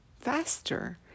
faster